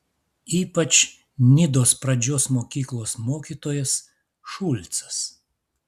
ypač nidos pradžios mokyklos mokytojas šulcas